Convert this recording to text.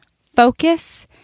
focus